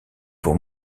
pour